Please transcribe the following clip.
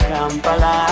Kampala